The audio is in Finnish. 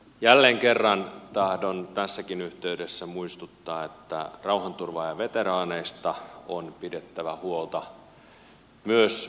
jälleen kerran tahdon tässäkin yhteydessä muistuttaa että rauhanturvaajaveteraaneista on pidettävä huolta myös operaation jälkeen